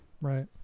right